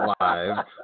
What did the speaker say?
live